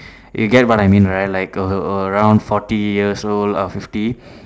you get what I mean right like a a around forty years old or fifty